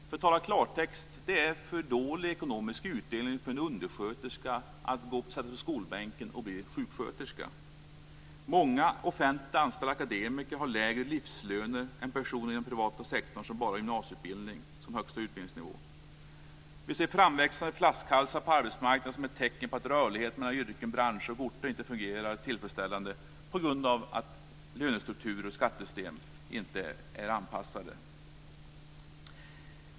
För att tala klartext: Det är för dålig ekonomisk utdelning för en undersköterska att sätta sig på skolbänken och bli sjuksköterska. Många offentligt anställda akademiker har lägre livslöner än personer inom den privata sektorn som bara har gymnasieutbildning som högsta utbildningsnivå. Vi ser framväxande flaskhalsar på arbetsmarknaden som ett tecken på att rörligheten mellan yrken, branscher och orter inte fungerar tillfredsställande på grund av att lönestrukturer och skattesystem inte är anpassade.